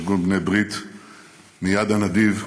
מארגון בני ברית ומיד הנדיב,